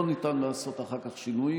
לא ניתן לעשות אחר כך שינויים.